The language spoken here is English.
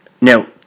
Now